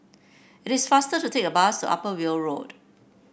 it is faster to take the bus Upper Weld Road